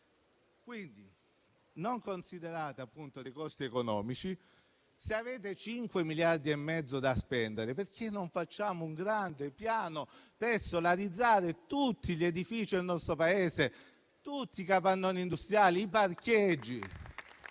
Non considerate quindi i costi economici; se avete cinque miliardi e mezzo da spendere, perché non facciamo un grande piano per solarizzare tutti gli edifici del nostro Paese, tutti i capannoni industriali e i parcheggi?